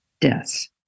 deaths